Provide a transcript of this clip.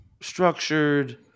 structured